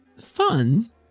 fun